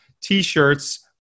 t-shirts